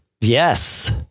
Yes